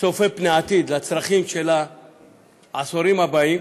צופה פני עתיד, לצרכים של העשורים הבאים.